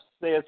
says